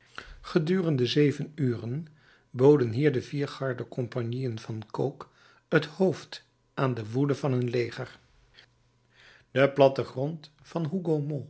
gedurende zeven uren boden hier de vier garde compagnieën van cooke het hoofd aan de woede van een leger de plattegrond van hougomont